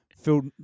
filled